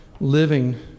living